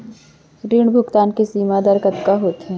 ऋण भुगतान के सीमा दर कतका होथे?